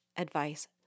advice